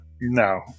No